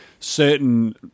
certain